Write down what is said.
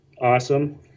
awesome